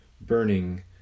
burning